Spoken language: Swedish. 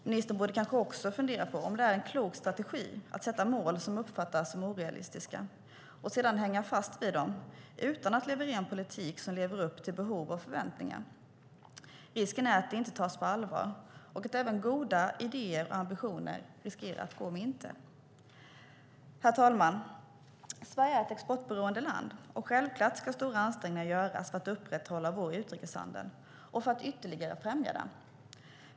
Ministern borde kanske också fundera på om det är en klok strategi att sätta upp mål som uppfattas som orealistiska och sedan hänga fast vid dem utan att leverera en politik som lever upp till behov och förväntningar. Risken är att det inte tas på allvar och att även goda idéer och ambitioner riskerar att gå om intet. Herr talman! Sverige är ett exportberoende land, och självklart ska stora ansträngningar göras för att upprätthålla vår utrikeshandel och för att ytterligare främja den.